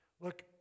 Look